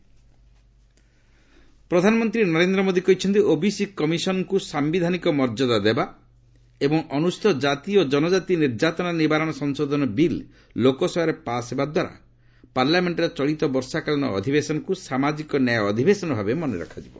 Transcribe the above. PM parliament ପ୍ରଧାନମନ୍ତ୍ରୀ ନରେନ୍ଦ୍ର ମୋଦି କହିଛନ୍ତି OBC କମିଶନ୍ଙ୍କୁ ସାୟିଧାନିକ ମର୍ଯ୍ୟଦା ଦେବା ଏବଂ ଅନୁସ୍ତଚୀତ ଜାତି ଓ କନକାତି ନିର୍ଯାତନା ନିବାରଣ ସଂଶୋଧନ ବିଲ୍ ଲୋକସଭାରେ ପାସ୍ ହେବା ଦ୍ୱାରା ପାର୍ଲାମେଣ୍ଟର ଚଳିତ ବର୍ଷାକାଳୀନ ଅଧିବେଶନକୁ ସାମାଜିକ ନ୍ୟାୟ ଅଧିବେଶନ ଭାବେ ମନେ ରଖାଯିବ